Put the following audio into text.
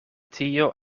tio